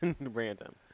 random